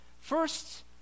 First